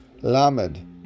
Lamed